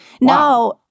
Now